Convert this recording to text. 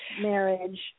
marriage